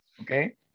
Okay